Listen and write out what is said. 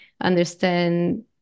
understand